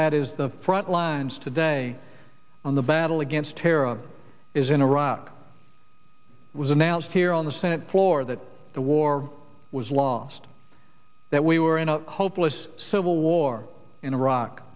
that is the front lines today on the battle against terror is in iraq was announced here on the senate floor that the war was lost that we were in a hopeless civil war in iraq